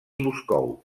moscou